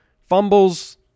fumbles